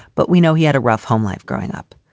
but we know he had a rough home life growing up.